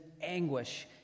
anguish